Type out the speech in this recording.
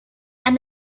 and